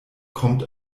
kommt